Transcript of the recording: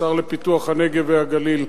השר לפיתוח הנגב והגליל,